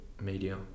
media